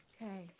Okay